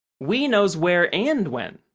we knows where and when.